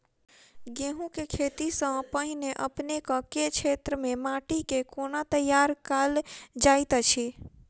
गेंहूँ केँ खेती सँ पहिने अपनेक केँ क्षेत्र मे माटि केँ कोना तैयार काल जाइत अछि?